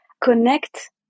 connect